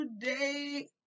today